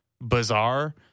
bizarre